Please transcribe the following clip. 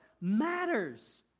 matters